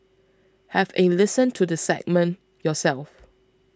have a listen to the segment yourself